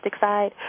side